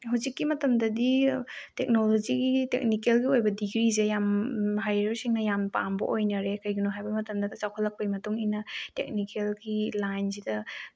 ꯍꯧꯖꯤꯛꯀꯤ ꯃꯇꯝꯗꯗꯤ ꯇꯦꯛꯅꯣꯂꯣꯖꯤꯒꯤ ꯇꯦꯛꯅꯤꯀꯦꯜꯒꯤ ꯑꯣꯏꯕ ꯗꯤꯒ꯭ꯔꯤꯁꯦ ꯌꯥꯝ ꯃꯍꯩꯔꯣꯏꯁꯤꯡꯅ ꯌꯥꯝ ꯄꯥꯝꯕ ꯑꯣꯏꯅꯔꯦ ꯀꯩꯒꯤꯅꯣ ꯍꯥꯏꯕ ꯃꯇꯝꯗ ꯆꯥꯎꯈꯠꯂꯛꯄꯩ ꯃꯇꯨꯡ ꯏꯟꯅ ꯇꯦꯛꯅꯤꯀꯦꯜꯒꯤ ꯂꯥꯏꯟꯁꯤꯗ